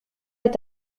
est